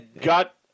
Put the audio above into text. got